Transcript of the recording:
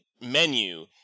menu